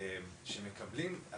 שמקבלים טפסים,